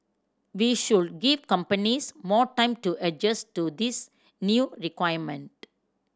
we should give companies more time to adjust to this new requirement